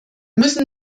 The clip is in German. müssen